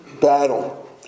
battle